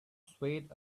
swayed